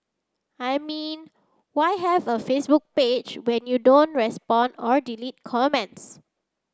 I mean why have a Facebook page when you don't respond or delete comments